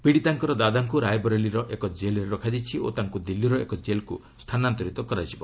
ପୀଡ଼ିତାଙ୍କ ଦାଦାଙ୍କ ରାଏବରେଲୀର ଏକ ଜେଲ୍ରେ ରଖାଯାଇଛି ଓ ତାଙ୍କୁ ଦିଲ୍ଲୀର ଏକ ଜେଲ୍କୁ ସ୍ଥାନାନ୍ତରିତ କରାଯିବ